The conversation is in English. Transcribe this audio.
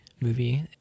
movie